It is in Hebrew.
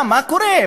מה קורה?